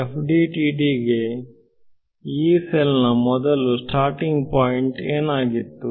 FDTD ಗೆ Yeeಸೆಲ್ ನ ಮೊದಲು ಸ್ಟಾರ್ಟಿಂಗ್ ಪಾಯಿಂಟ್ ಏನಾಗಿತ್ತು